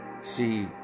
See